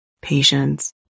patience